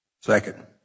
Second